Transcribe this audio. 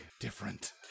different